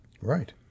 Right